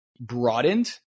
broadened